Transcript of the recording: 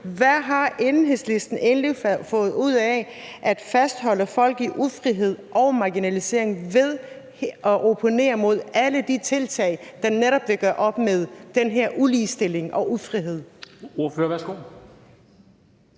Hvad har Enhedslisten egentlig fået ud af at fastholde folk i ufrihed og marginalisering ved at opponere imod alle de tiltag, der netop vil gøre op med den her ulige stilling og ufrihed?